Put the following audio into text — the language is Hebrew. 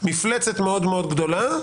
מפלצת מאוד-מאוד גדולה,